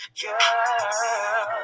girl